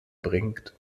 bringt